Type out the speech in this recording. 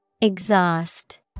Exhaust